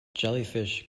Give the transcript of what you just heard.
jellyfish